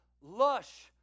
lush